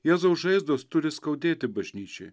jėzaus žaizdos turi skaudėti bažnyčiai